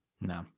No